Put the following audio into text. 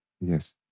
Yes